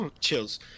chills